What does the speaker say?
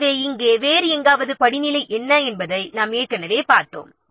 எனவே இங்கே வேறு எங்காவது படிநிலை என்ன என்பதை நாம் ஏற்கனவே பார்த்தோம்